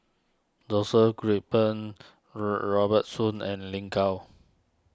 Joseph Grimberg Robert Soon and Lin Gao